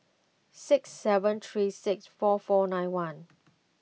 six seven three six four four nine one